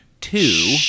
Two